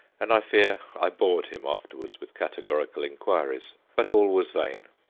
and i fear i bored him afterwards with categorical inquiries. but all was vain.